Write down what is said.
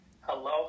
Hello